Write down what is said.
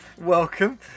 Welcome